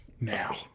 now